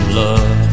love